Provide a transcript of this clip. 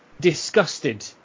disgusted